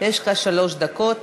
יש לך שלוש דקות.